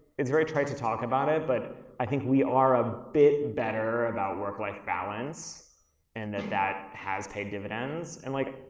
it's very trite to talk about it, but i think we are a bit and better about work-life balance and that that has paid dividends. and like,